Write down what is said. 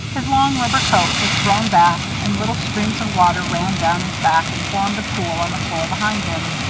his long rubber coat was thrown back, and little streams of water ran down his back and formed a pool on the floor behind him.